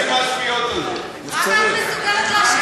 די לסתימת פיות.